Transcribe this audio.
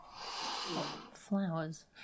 Flowers